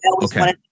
Okay